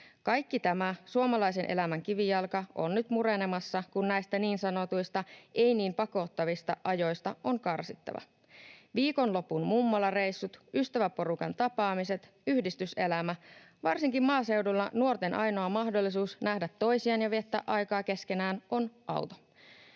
Kaikki tämä, suomalaisen elämän kivijalka, on nyt murenemassa, kun näistä niin sanotuista ei niin pakottavista ajoista on karsittava: viikonlopun mummolareissut, ystäväporukan tapaamiset, yhdistyselämä. Varsinkin maaseudulla nuorten ainoa mahdollisuus nähdä toisiaan ja viettää aikaa keskenään on auto.